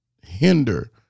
hinder